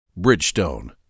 Bridgestone